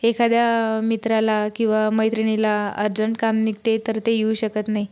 एखाद्या मित्राला किंवा मैत्रिणीला अर्जंट काम निघते तर ते येऊ शकत नाही